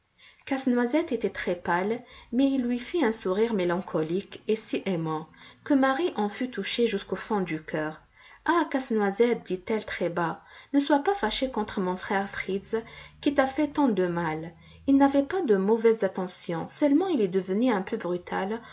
casse-noisette était très-pâle mais il lui fit un sourire mélancolique et si aimant que marie en fut touchée jusqu'au fond du cœur ah casse-noisette dit-elle très-bas ne sois pas fâché contre mon frère fritz qui t'a fait tant de mal il n'avait pas de mauvaises intentions seulement il est devenu un peu brutal